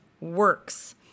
works